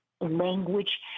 language